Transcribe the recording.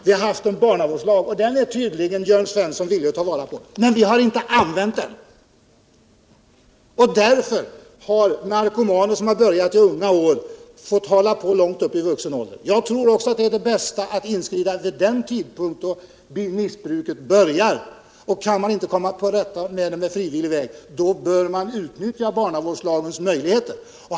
Vi har haft en barnavårdslag, och den är Jörn Svensson tydligen villig att ta vara på, men vi har inte använt den i tillräcklig omfattning. Därför har narkomaner som börjat i unga år fått hålla på långt upp i vuxen ålder. Jag tror också att det är bäst att inskrida vid den tidpunkt då missbruket börjar, och kan man inte komma till rätta med det på frivillig väg, då bör vi utnyttja barnavårdslagens möjligheter.